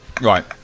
Right